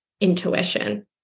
intuition